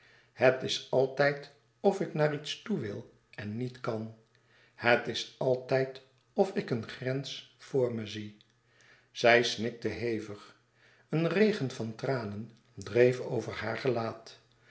het is altijd of ik naar iets toe wil en niet kan het is altijd of ik een grens voor me zie zij snikte hevig een regen van tranen dreef over haar gelaat